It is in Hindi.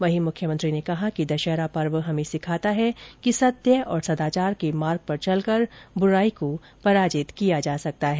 वहीं मुख्यमंत्री ने कहा कि दशहरा पर्व हमें सिखाता है कि सत्य और सदाचार के मार्ग पर चलकर बुराई को पराजित किया जा सकता है